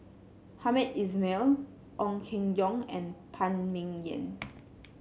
Hamed Ismail Ong Keng Yong and Phan Ming Yen